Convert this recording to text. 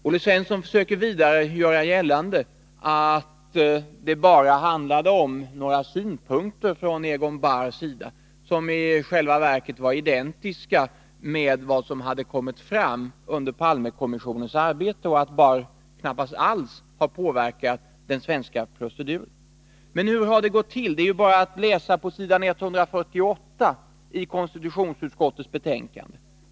Olle Svensson försöker vidare göra gällande att det bara handlade om några synpunkter från Egon Bahrs sida — som i själva verket var identiska med vad som hade kommit fram under Palmekommissionens arbete — och att Egon Bahr knappast alls har påverkat den svenska proceduren. Kärnvapenfri zon Hur har det då gått till? Det är bara att läsa på s. 148 i konstitutionsuti Europa skottets betänkande.